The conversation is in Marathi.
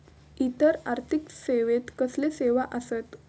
इतर आर्थिक सेवेत कसले सेवा आसत?